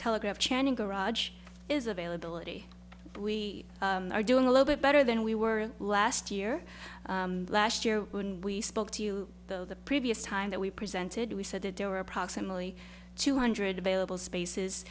telegraph channing garage is availability we are doing a little bit better than we were last year last year when we spoke to you though the previous time that we presented we said that there were approximately two hundred